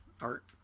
art